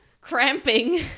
cramping